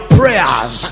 prayers